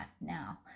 now